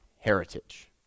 heritage